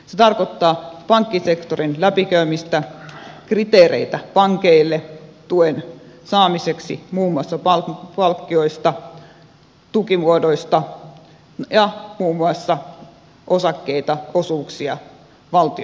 se tarkoittaa pankkisektorin läpikäymistä kriteereitä pankeille tuen saamiseksi muun muassa palkkioista tukimuodoista ja muun muassa osakkeita osuuksia valtionomistukseen